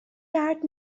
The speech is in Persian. درد